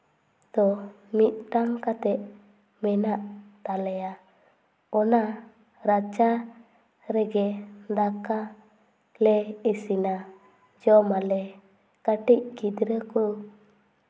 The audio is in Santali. ᱫᱚ ᱢᱤᱫᱴᱟᱝ ᱠᱟᱛᱮᱜ ᱢᱮᱱᱟᱜ ᱛᱟᱞᱮᱭᱟ ᱚᱱᱟ ᱨᱟᱪᱟ ᱨᱮᱜᱮ ᱫᱟᱠᱟ ᱞᱮ ᱤᱥᱤᱱᱟ ᱡᱚᱢᱟᱞᱮ ᱠᱟᱹᱴᱤᱡ ᱜᱤᱫᱽᱨᱟᱹ ᱠᱚ